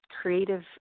creative